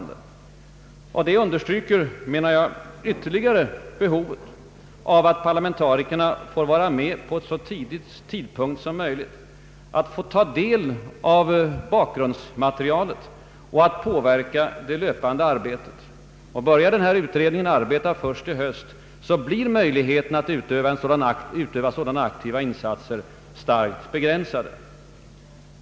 Detta understryker, menar jag, ytterligare behovet av att parlamentarikerna får vara med på ett så tidigt stadium som möjligt och att de får ta del av bakgrundsmaterialet och påverka det löpande arbetet. Börjar en utredning arbeta först i höst, blir möjligheterna att utöva sådana aktiva insatser starkt begränsade.